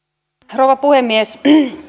rouva puhemies